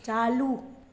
चालू